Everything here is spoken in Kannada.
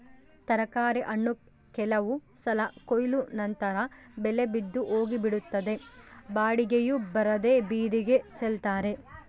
ತರಕಾರಿ ಹಣ್ಣು ಕೆಲವು ಸಲ ಕೊಯ್ಲು ನಂತರ ಬೆಲೆ ಬಿದ್ದು ಹೋಗಿಬಿಡುತ್ತದೆ ಬಾಡಿಗೆಯೂ ಬರದೇ ಬೀದಿಗೆ ಚೆಲ್ತಾರೆ